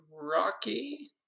Rocky